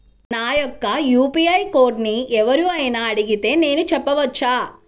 నా యొక్క యూ.పీ.ఐ కోడ్ని ఎవరు అయినా అడిగితే నేను చెప్పవచ్చా?